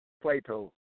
Plato